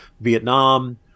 Vietnam